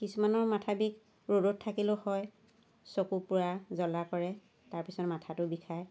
কিছুমানৰ মাথা বিষ ৰ'দত থাকিলেও হয় চকু পুৰা জ্বলা কৰে তাৰ পিছত মাথাটো বিষায়